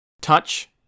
Touch